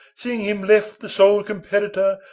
seeing him left the sole competitor,